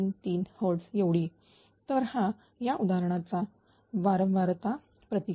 533 Hz एवढी तर हा या उदाहरणाचा वारंवारता प्रतिसाद